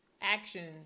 action